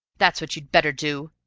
that's what you'd better do.